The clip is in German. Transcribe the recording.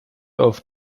auf